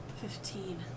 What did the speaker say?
Fifteen